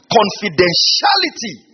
confidentiality